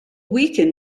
weaken